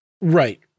Right